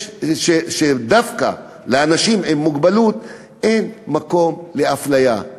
דווקא לגבי אנשים עם מוגבלות אין מקום לאפליה.